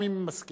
גם אם מסכימים,